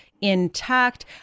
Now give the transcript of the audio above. intact